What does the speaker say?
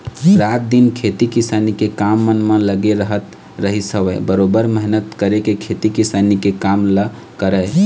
रात दिन खेती किसानी के काम मन म लगे रहत रहिस हवय बरोबर मेहनत करके खेती किसानी के काम ल करय